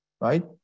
right